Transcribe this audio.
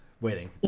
waiting